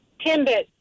Timbit